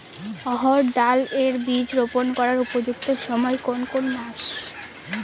অড়হড় ডাল এর বীজ রোপন করার উপযুক্ত সময় কোন কোন মাস?